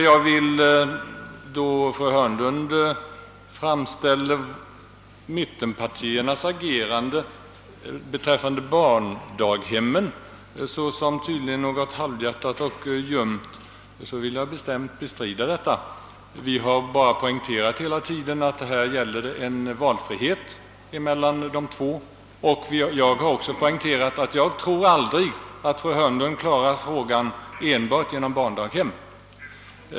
Då fru Hörnlund framställer mittenpartiernas agerande beträffande barndaghemmen såsom något halvhjärtat och ljumt vill jag bestämt bestrida detta. Vi har bara hela tiden poängterat att det här gäller valfrihet mellan de två formerna. Jag har också poängterat att jag inte tror att fru Hörnlund klarar frågan enbart genom barndaghem.